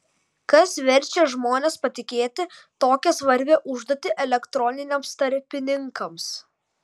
kas verčia žmones patikėti tokią svarbią užduotį elektroniniams tarpininkams